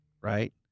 Right